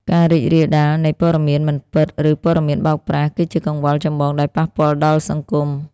ការរីករាលដាលនៃ ព័ត៌មានមិនពិត ឬព័ត៌មានបោកប្រាស់ គឺជាកង្វល់ចម្បងដែលប៉ះពាល់ដល់សង្គម។